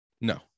No